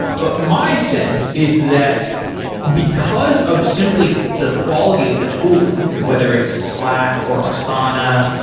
but my sense is that because of simply the quality of the tooling, whether it's slack, or asana,